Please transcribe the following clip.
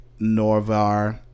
Norvar